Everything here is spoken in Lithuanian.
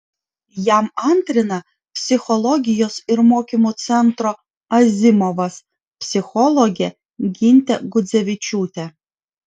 jam antrina psichologijos ir mokymų centro azimovas psichologė gintė gudzevičiūtė